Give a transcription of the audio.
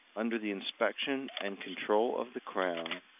under the inspection and control of the crown,